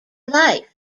life